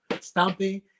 stomping